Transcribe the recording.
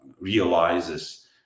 realizes